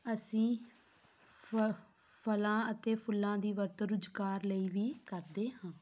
ਅਸੀਂ ਫ ਫਲਾਂ ਅਤੇ ਫੁੱਲਾਂ ਦੀ ਵਰਤੋਂ ਰੁਜ਼ਗਾਰ ਲਈ ਵੀ ਕਰਦੇ ਹਾਂ